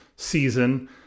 season